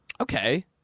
Okay